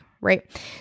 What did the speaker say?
right